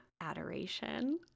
adoration